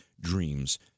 dreams